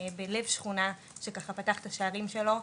בלב שכונה שככה פתח את השערים שלו,